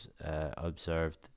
observed